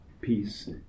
peace